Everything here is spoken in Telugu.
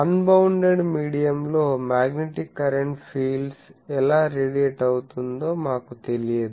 అన్బౌండెడ్ మీడియంలో మాగ్నెటిక్ కరెంట్ ఫీల్డ్స్ ఎలా రేడియేట్ అవుతుందో మాకు తెలియదు